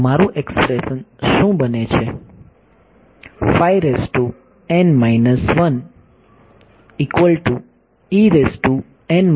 તો મારું એક્સપ્રેશન શું બને છે